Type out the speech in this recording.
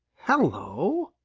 hello!